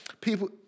People